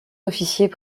officiers